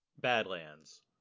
Badlands